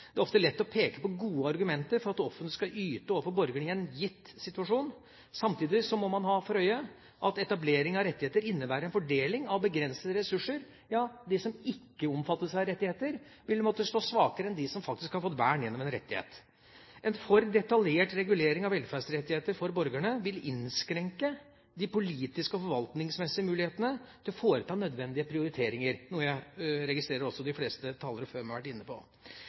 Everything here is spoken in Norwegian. Det er ofte lett å peke på gode argumenter for at det offentlige skal yte overfor borgerne i en gitt situasjon. Samtidig må man ha for øye at etablering av rettigheter innebærer en fordeling av begrensede ressurser – ja, de som ikke omfattes av rettigheter, vil måtte stå svakere enn dem som faktisk har fått vern gjennom en rettighet. En for detaljert regulering av velferdsrettigheter for borgerne vil innskrenke de politiske og forvaltningsmessige mulighetene til å foreta nødvendige prioriteringer, noe jeg registrerer også at de fleste talere før meg har vært inne på.